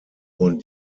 wurden